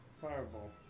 Fireball